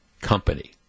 Company